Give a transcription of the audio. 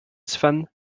sven